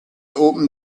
opened